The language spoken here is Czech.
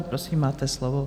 Prosím, máte slovo.